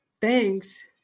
Thanks